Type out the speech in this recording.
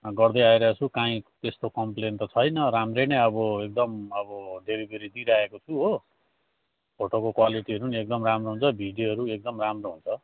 गर्दै आइरहेछु काहीँ त्यस्तो कम्प्लेन त राम्रै नै अब एकदम अब डिलिभेरी दिइरहेको छु हो फोटोको क्वालिटीहरू नि एकदम राम्रो हुन्छ भिडियोहरू एकदम राम्रो हुन्छ हजुर